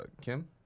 Kim